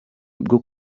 bwo